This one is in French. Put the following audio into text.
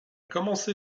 commencé